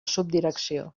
subdirecció